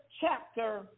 chapter